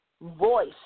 Voice